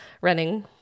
running